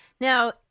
Now